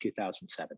2007